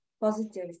positive